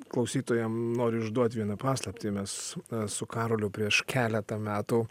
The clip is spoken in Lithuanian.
klausytojam noriu išduot vieną paslaptį mes su karoliu prieš keletą metų